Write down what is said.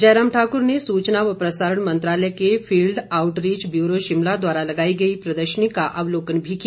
जयराम ठाकुर ने सूचना व प्रसारण मंत्रालय के फील्ड आऊटरीच ब्यूरो शिमला द्वारा लगाई गई प्रदर्शनी का अवलोकन भी किया